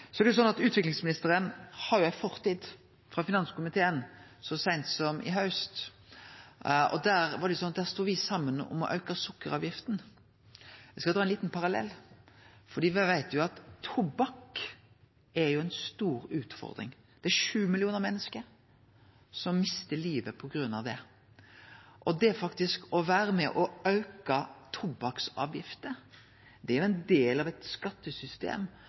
Utviklingsministeren har ei fortid frå finanskomiteen – så seint som i haust. Der stod me saman om å auke sukkeravgifta. Eg skal dra ein liten parallell – me veit jo at tobakk er ei stor utfordring, det er 7 millionar menneske som mister livet på grunn av den. Det å vere med på å auke tobakksavgifta er ein del av eit skattesystem.